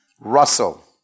Russell